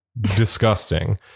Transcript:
disgusting